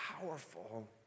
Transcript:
powerful